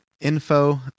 info